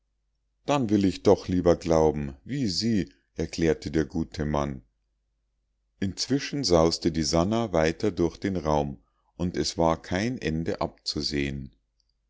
dann will ich doch lieber glauben wie sie erklärte der gute mann inzwischen sauste die sannah weiter durch den raum und es war kein ende abzusehen